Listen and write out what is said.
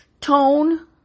tone